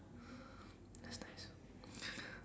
that's nice